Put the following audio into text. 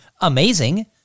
amazing